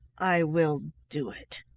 i will do it.